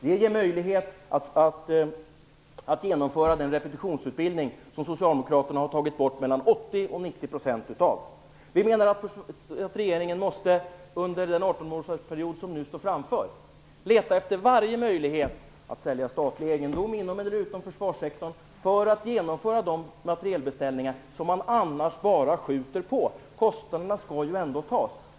Det ger möjlighet att genomföra den repetitionsutbildning som Socialdemokraterna har tagit bort mellan 80 och Vi menar att regeringen under den 18 månadersperiod vi nu står inför måste leta efter varje möjlighet att sälja statlig egendom inom eller utom försvarssektorn för att genomföra de materielbeställningar som man annars bara skjuter på. Kostnaderna skall ju ändå tas.